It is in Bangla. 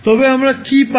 তবে আমরা কী পাই